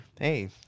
Hey